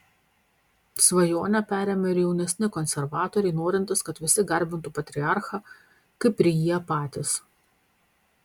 svajonę perėmė ir jaunesni konservatoriai norintys kad visi garbintų patriarchą kaip ir jie patys